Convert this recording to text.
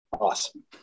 Awesome